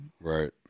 Right